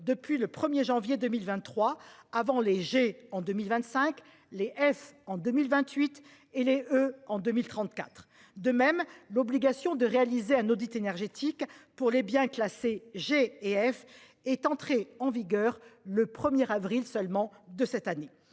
depuis le 1er janvier 2023 avant léger en 2025 Les S en 2028 et les oeufs. En 2034, de même l'obligation de réaliser un audit énergétique pour les bien classés G et F est entré en vigueur le premier avril seulement de cette année,